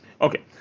Okay